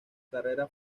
carrera